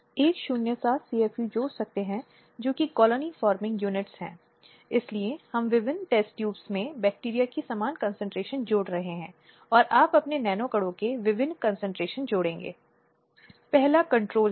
यह महिलाओं के सबसे अभिलषित अधिकार पर एक क्षतचिह्न छोड़ देता है उसकी गरिमा सम्मान प्रतिष्ठा और कम से कम उसकी शुद्धता भी नहीं छोड़ता है